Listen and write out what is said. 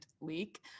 leak